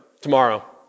tomorrow